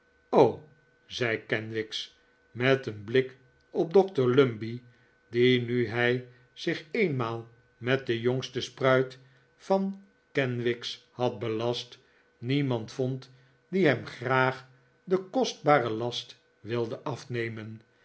zei kenwigs met een blik op dokter lumbey die nu hij zich eenmaal met de jongste spruit van kenwigs had belast niemand vond die hem graag den kostbaren last wilde afnemen